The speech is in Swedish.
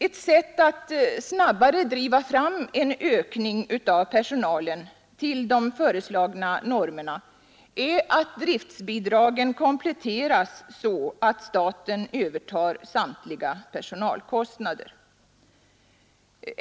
Ett sätt att snabbare driva fram en ökning av personalen till de föreslagna normerna är att driftbidragen kompletteras så att staten övertar samtliga personalkostnader.